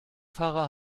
fahrer